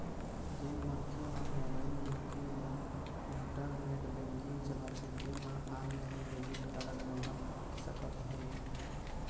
जेन मनखे ह मोबाईल बेंकिंग या इंटरनेट बेंकिंग चलाथे तेन ह ऑनलाईन डेबिट कारड मंगा सकत हे